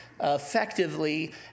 effectively